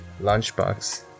lunchbox